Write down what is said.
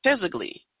physically